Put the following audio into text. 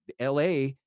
la